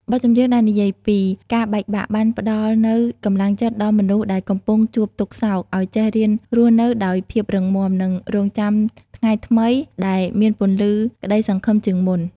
បទចម្រៀងដែលនិយាយពី "ការបែកបាក់" បានផ្ដល់នូវកម្លាំងចិត្តដល់មនុស្សដែលកំពុងជួបទុក្ខសោក ឱ្យចេះរៀនរស់នៅដោយភាពរឹងមាំ និងរង់ចាំថ្ងៃថ្មីដែលមានពន្លឺក្តីសង្ឃឹមជាងមុន។